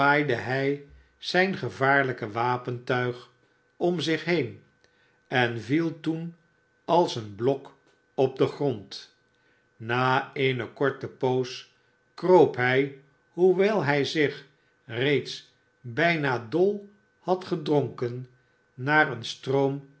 hij zijn gevaarlijk wapentmg om zich heen en viel toen als een blok op den grond na eene korte poos kroop hij hoewel hij zich reeds bijna dol had gedronken naar een stroom